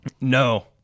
No